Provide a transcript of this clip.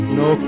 no